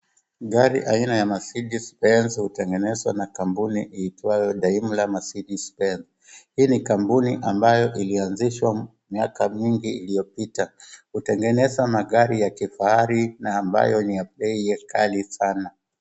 Gari aina ya Mercedes Benz hutegenezwa na kampuni iitwayo Daimla Mercedes Benz. Hii ni kampuni iliazishwa miaka mingi iliopita. Hutegeneza magari ya kifahari na ambayo ni ya bei kali sana.